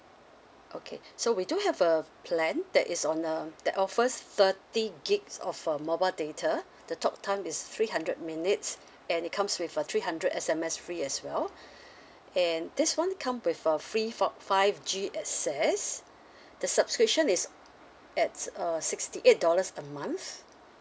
okay so we do have a plan that is on um that offers thirty gigs of uh mobile data the talk time is three hundred minutes and it comes with uh three hundred S_M_S free as well and this [one] come with uh free four five G access the subscription is at uh sixty eight dollars a month